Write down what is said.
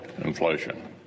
inflation